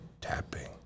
tapping